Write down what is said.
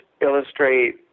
illustrate